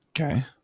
Okay